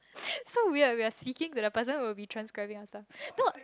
so weird we're be speaking to the person who will be transcribing our stuff no